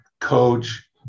coach